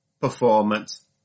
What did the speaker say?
performance